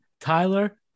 Tyler